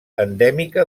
endèmica